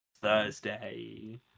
Thursday